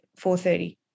4.30